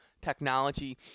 technology